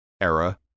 era